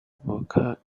boycott